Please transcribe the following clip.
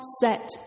set